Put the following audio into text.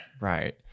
Right